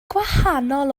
gwahanol